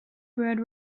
bread